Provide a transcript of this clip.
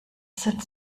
sind